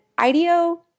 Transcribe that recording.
IDEO